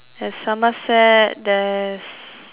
there's Somerset there's